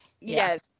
Yes